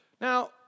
Now